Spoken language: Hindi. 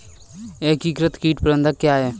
एकीकृत कीट प्रबंधन क्या है?